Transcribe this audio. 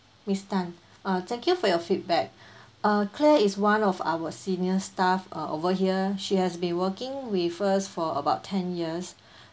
miss Tan uh thank you for your feedback uh claire is one of our senior staff uh over here she has been working with us for about ten years